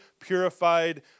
purified